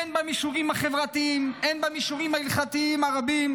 הן במישורים החברתיים והן במישורים הלכתיים רבים,